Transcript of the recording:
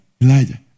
Elijah